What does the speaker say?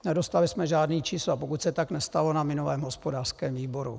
Nedostali jsme žádná čísla, pokud se tak nestalo na minulém hospodářském výboru.